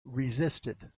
resisted